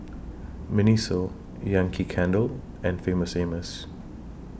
Miniso Yankee Candle and Famous Amos